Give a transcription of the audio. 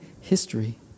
history